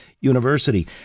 University